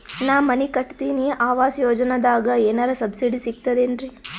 ನಾ ಮನಿ ಕಟಕತಿನಿ ಆವಾಸ್ ಯೋಜನದಾಗ ಏನರ ಸಬ್ಸಿಡಿ ಸಿಗ್ತದೇನ್ರಿ?